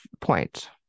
point